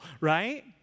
right